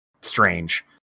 strange